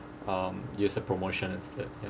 um use the promotion instead ya